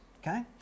okay